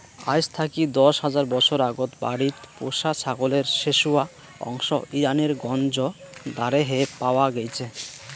আইজ থাকি দশ হাজার বছর আগত বাড়িত পোষা ছাগলের শেশুয়া অংশ ইরানের গঞ্জ দারেহে পাওয়া গেইচে